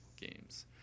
games